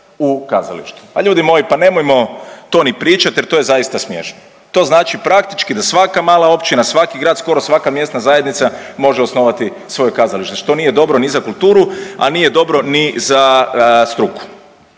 u kazalištu. Pa ljudi moji pa nemojmo to ni pričat jer to je zaista smiješno, to znači praktički da svaka mala općina, svaki grad, skoro svaka mjesna zajednica može osnovati svoje kazalište, što nije dobro ni za kulturu, a nije dobro ni za struku.